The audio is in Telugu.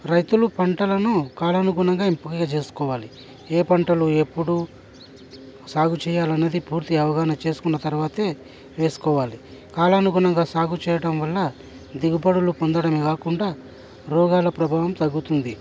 రైతులు పంటలను కాలానుగుణంగా ఎంపిక చేసుకోవాలి ఏ పంటలు ఎప్పుడు సాగు చేయాలన్నది పూర్తి అవగాహన చేసుకున్న తరువాతే వేసుకోవాలి కాలానుగుణంగా సాగు చేయటం వల్ల దిగుబడులు పొందడమే కాకుండా రోగాల ప్రభావం తగ్గుతుంది